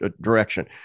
direction